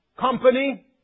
company